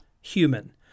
human